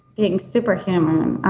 being superhuman.